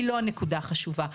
היא לא הנקודה החשובה.